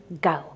go